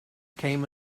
came